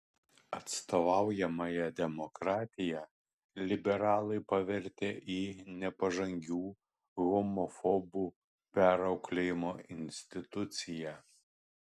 atstovaujamąja demokratiją liberalai pavertė į nepažangių homofobų perauklėjimo instituciją